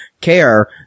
care